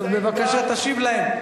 אז בבקשה תשיב להם.